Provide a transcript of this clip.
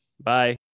Bye